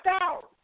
out